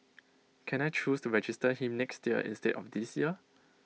can I choose to register him next year instead of this year